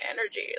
energy